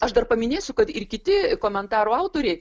aš dar paminėsiu kad ir kiti komentarų autoriai